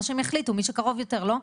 מה שהם יחליטו, מי שקרוב יותר, לא?